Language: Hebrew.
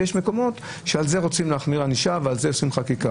ויש מקומות שעליהם רוצים להחמיר ענישה ועליהם עושים חקיקה.